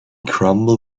crumble